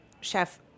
chef